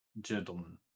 gentlemen